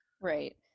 Right